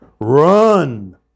Run